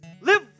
live